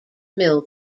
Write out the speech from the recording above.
mill